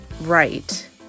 right